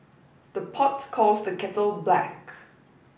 the pot calls the kettle black